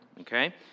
okay